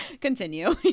Continue